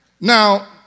Now